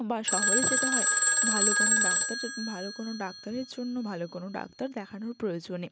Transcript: বা শহরে যেতে হয় ভালো কোনো ডাক্তারের ভালো কোনো ডাক্তারের জন্য ভালো কোনো ডাক্তার দেখানোর প্রয়োজনে